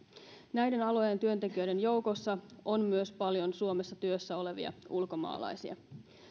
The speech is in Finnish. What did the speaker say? näiden alojen työntekijöiden joukossa on myös paljon suomessa työssä olevia ulkomaalaisia